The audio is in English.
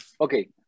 Okay